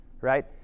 right